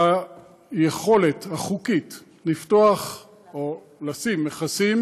היכולת החוקית לפתוח או לשים מכסים